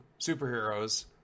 superheroes